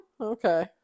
okay